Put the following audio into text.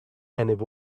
and